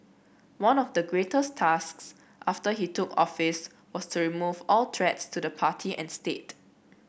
one of the greatest tasks after he took office was to remove all threats to the party and state